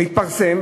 מתפרסם.